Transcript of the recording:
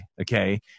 okay